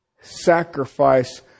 sacrifice